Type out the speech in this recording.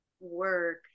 work